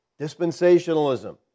Dispensationalism